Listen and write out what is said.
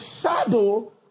shadow